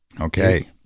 Okay